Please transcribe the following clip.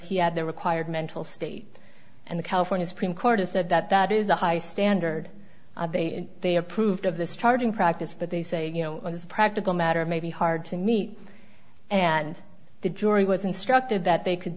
he had the required mental state and the california supreme court has said that that is a high standard they approved of this charging practice but they say you know this practical matter may be hard to meet and the jury was instructed that they could